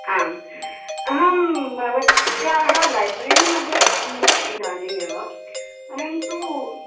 आम् अहं भवत्याः लैब्ररीमध्ये अस्मि इदानीमेव परन्तु